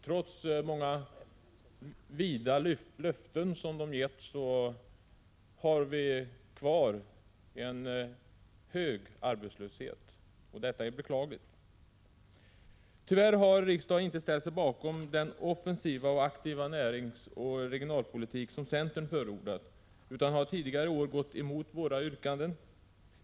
Trots många vida löften som socialdemokraterna gett har vi kvar en hög arbetslöshet, och det är beklagligt. Tyvärr har riksdagen inte ställt sig bakom den offensiva och aktiva näringsoch regionalpolitik som centern förordat utan har tidigare i år gått emot våra yrkanden.